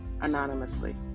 anonymously